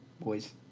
boys